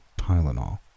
Tylenol